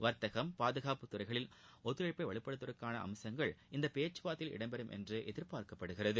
வர்த்தகம் பாதுகாப்பு துறைகளில் ஒத்துழைப்பை வலுப்படுத்துவதற்கான இந்த பேச்சுவார்த்தையில் இடம் பெறும் என்று எதிர்பார்க்கப்படுகிறது